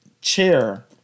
chair